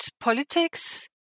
politics